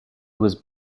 was